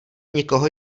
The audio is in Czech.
nikoho